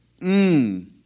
Mmm